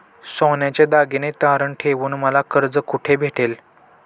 सोन्याचे दागिने तारण ठेवून मला कर्ज कुठे भेटेल?